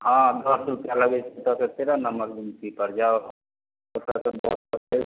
हँ दश रुपिआ लगैत छै एतऽसँ तेरह नम्बर गुमती पर जाउ ओतऽसँ